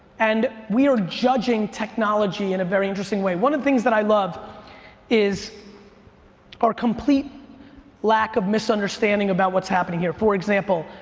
and we are judging technology in a very interesting way. one of the things that i loved is our complete lack of misunderstanding about what's happening here. for example,